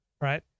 right